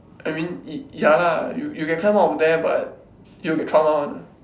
I mean ya lah you you can climb out of there but you will get trauma [one]